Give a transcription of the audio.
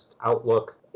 outlook